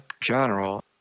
General